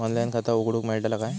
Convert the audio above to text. Online खाता उघडूक मेलतला काय?